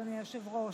אדוני היושב-ראש.